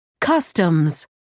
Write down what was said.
Customs